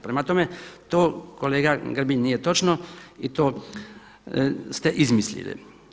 Prema tome, to kolega Grbin nije točno i to ste izmislili.